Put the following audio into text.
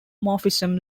morphism